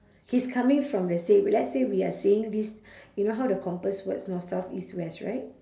he's coming from the same let's say we are saying this you know how the compass works north south east west right